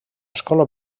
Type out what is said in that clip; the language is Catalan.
escola